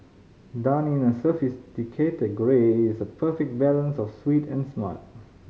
done in a sophisticated grey it is a perfect balance of sweet and smart